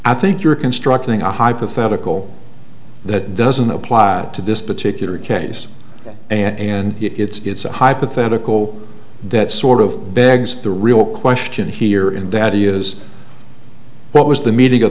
i think you're constructing a hypothetical that doesn't apply to this particular case and it's a hypothetical that sort of begs the real question here and that is what was the meeting of